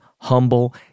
Humble